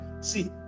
see